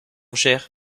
cher